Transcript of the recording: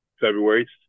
February